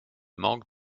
manque